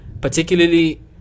particularly